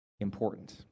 important